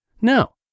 No